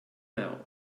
now